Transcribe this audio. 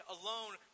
alone